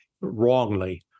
wrongly